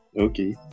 Okay